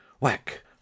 whack